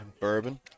Bourbon